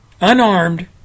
unarmed